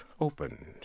opened